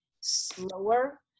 slower